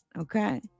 okay